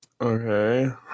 Okay